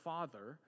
Father